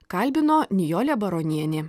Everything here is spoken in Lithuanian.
kalbino nijolė baronienė